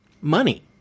money